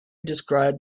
described